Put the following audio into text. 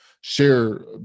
share